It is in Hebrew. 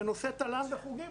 בנושא תל"ן וחוגים,